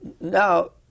now